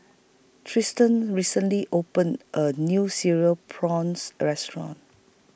Triston recently opened A New Cereal Prawns Restaurant